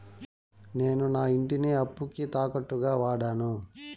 నేను నా ఇంటిని అప్పుకి తాకట్టుగా వాడాను